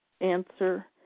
answer